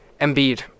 Embiid